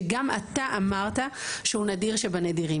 שגם אתה אמרת שהוא נדיר שבנדירים.